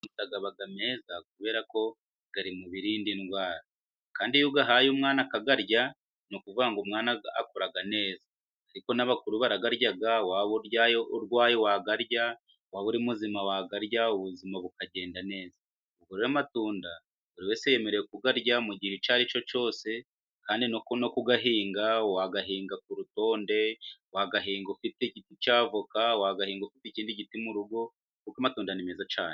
Amatu aba meza kubera ko ari mu birinda indwara kandi iyo uyahaye umwana akayarya ni ukuvuga ngo umwana akura neza ,ariko n'abakuru barayarya waba uryaye, urwaye wayarya ,waba uri muzima wayarya ,ubuzima bukagenda neza, ubwo rero amatunda buri wese yemerewe kuyarya mu gihe icyo ari cyo cyose kandi no ko no kuyahinga ,wayahinga ku rutonde, wayahinga ufite igiti icy'avoka ,wayahinga ku kindi giti mu rugo, kuko amatunda ni meza cyane.